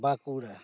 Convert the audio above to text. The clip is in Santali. ᱵᱟᱸᱠᱩᱲᱟ